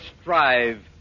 strive